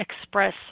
express